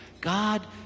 God